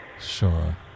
Sure